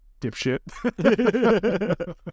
dipshit